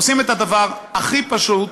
עושים את הדבר הכי פשוט,